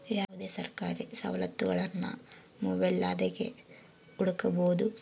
ಯಾವುದೇ ಸರ್ಕಾರಿ ಸವಲತ್ತುಗುಳ್ನ ಮೊಬೈಲ್ದಾಗೆ ಹುಡುಕಬೊದು